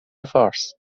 فارس